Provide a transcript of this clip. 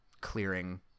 clearing